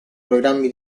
programmi